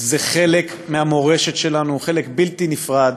זה חלק מהמורשת שלנו, חלק בלתי נפרד,